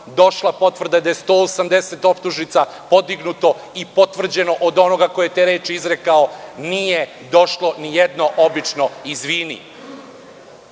došla potvrda da je 180 optužnica podignuto i potvrđeno od onoga ko je te reči izrekao, nije došlo nijedno obično „izvini“.Nije